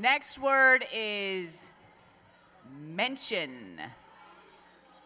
next word is mention